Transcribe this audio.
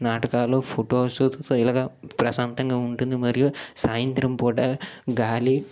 నాటకాలు ఫొటోస్తో ఇలాగా ప్రశాంతగా ఉంటుంది మరియు సాయంత్రం పూట గాలి